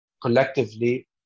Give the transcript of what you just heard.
Collectively